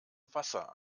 wasser